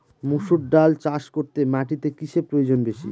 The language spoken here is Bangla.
মুসুর ডাল চাষ করতে মাটিতে কিসে প্রয়োজন বেশী?